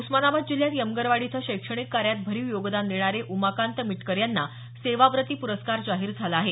उस्मानाबाद जिल्ह्यात यमगरवाडी इथं शैक्षणिक कार्यात भरीव योगदान देणारे उमाकांत मिटकर यांना सेवाव्रती पुरस्कार जाहीर झाला आहे